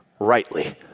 rightly